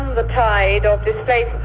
the tide of displaced